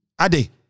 Ade